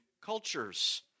cultures